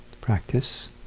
practice